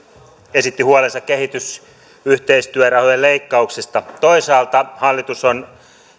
esitti huolensa kehitysyhteistyörahojen leikkauksista toisaalta hallitus on